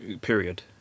Period